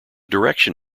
direction